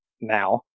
now